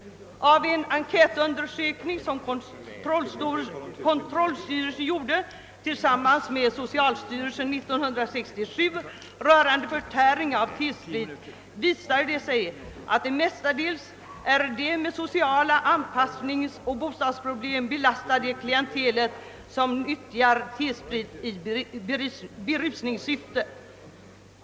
Av en enkätundersökning som kontrollstyrelsen gjorde tillsammans med socialstyrelsen 1967 rörande förtäring av T-sprit visade det sig, att det mestadels är det med sociala anpassnings och bostadsproblem belastade klientelet som utnyttjar T-sprit i berusningssyfte.